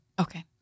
okay